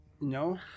No